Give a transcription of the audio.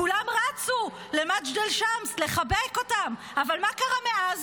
כולם רצו למג'דל שמס לחבק אותם, אבל מה קרה מאז?